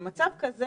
במצב כזה